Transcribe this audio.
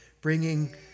bringing